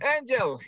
Angel